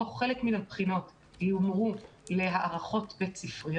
על פי מתווה זה חלק מהבחינות יומרו להערכתו בית-ספריות.